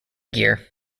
gear